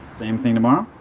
same thing tomorrow?